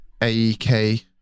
AEK